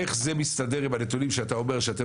איך זה מסתדר עם הנתונים שאתה אומר שאתם